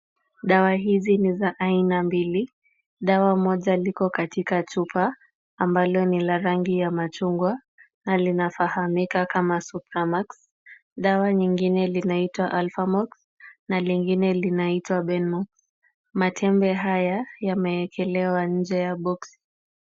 Dawa hizi ni za aina mbili. Dawa moja liko katika chupa ambalo ni la rangi ya machungwa na linafahamika kama Supramax. Dawa lingine linaitwa Alphamox na lingie linaitwa Benmox. Matembe haya yameekelewa nje ya boksi.